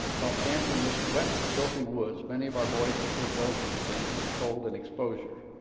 while camped in this wet filthy woods, many of our boys became ill from the dampness, cold, and exposure,